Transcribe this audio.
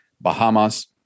Bahamas